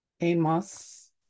Amos